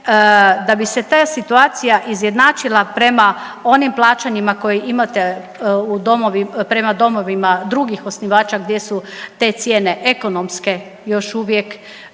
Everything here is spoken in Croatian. da bi se ta situacija izjednačila prema onim plaćanjima koje imate u domovima, prema domovima drugih osnivača gdje su te cijene ekonomske još uvijek